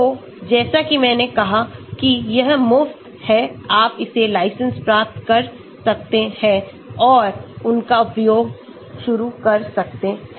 तो जैसा कि मैंने कहा कि यह मुफ़्त है आप इसे लाइसेंस प्राप्त कर सकते हैं और उनका उपयोग शुरू कर सकते हैं